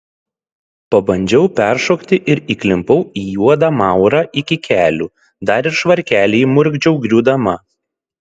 pabandžiau peršokti ir įklimpau į juodą maurą iki kelių dar ir švarkelį įmurkdžiau griūdama